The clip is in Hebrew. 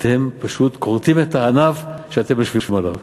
אתם פשוט כורתים את הענף שאתם יושבים עליו.